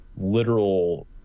literal